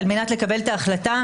על מנת לקבל את ההחלטה,